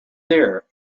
there